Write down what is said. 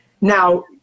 now